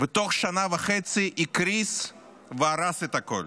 ותוך שנה וחצי הקריס והרס את הכול,